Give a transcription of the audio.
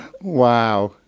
Wow